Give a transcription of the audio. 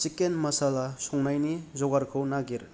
chicken masala संनायानि जगारखौ नागिर